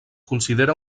considera